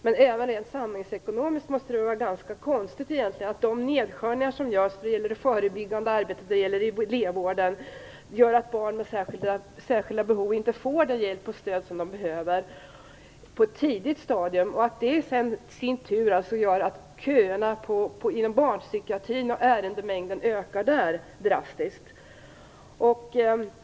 För det andra är det ganska konstigt, rent samhällsekonomiskt sett, att de nedskärningar som görs i det förebyggande arbetet och elevvården gör att barn med särskilda behov inte får den hjälp och det stöd de behöver på ett tidigt stadium. Detta gör ju i sin tur att köerna och ärendemängden inom barnpsykiatrin ökar drastiskt.